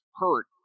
hurt